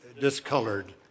discolored